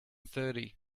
thirty